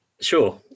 Sure